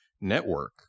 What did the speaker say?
network